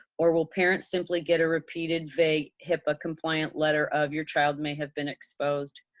or will parents simply get a repeated, vague hipaa compliant letter of your child may have been exposed?